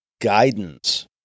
guidance